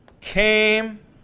came